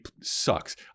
sucks